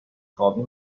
خوابه